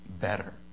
better